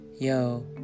yo